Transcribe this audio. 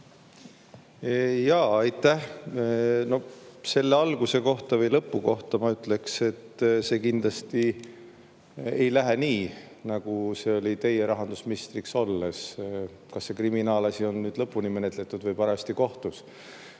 saab? Aitäh! Selle lõpu kohta ma ütleksin, et see kindlasti ei lähe nii, nagu see oli teie rahandusministriks olles. Kas see kriminaalasi on nüüd lõpuni menetletud või on parajasti kohtus?